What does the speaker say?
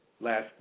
last